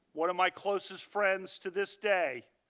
one of my closest friends to this day,